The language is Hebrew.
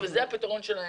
זה הפתרון שלהם.